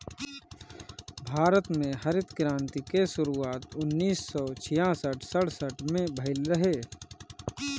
भारत में हरित क्रांति के शुरुआत उन्नीस सौ छियासठ सड़सठ में भइल रहे